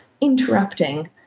interrupting